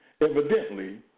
Evidently